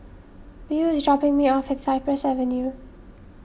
Beau is dropping me off at Cypress Avenue